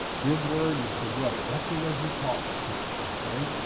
his word is the way, that's the way he talks to us, okay?